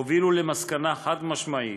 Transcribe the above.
הובילו למסקנה חד-משמעית